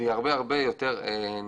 והיא הרבה יותר נמוכה.